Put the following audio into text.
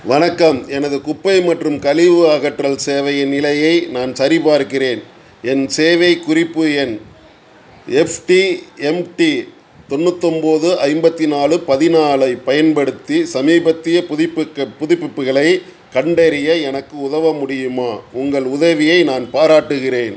வணக்கம் எனது குப்பை மற்றும் கழிவு அகற்றல் சேவையின் நிலையை நான் சரிப்பார்க்கிறேன் என் சேவைக் குறிப்பு எண் எஃப்டிஎம்டி தொண்ணூற்று ஒம்பது ஐம்பத்து நாலு பதினாலைப் பயன்படுத்தி சமீபத்திய புதுப்பிக்க புதுப்பிப்புகளைக் கண்டறிய எனக்கு உதவ முடியுமா உங்கள் உதவியை நான் பாராட்டுகிறேன்